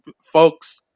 folks